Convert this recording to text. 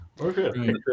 Okay